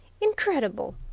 Incredible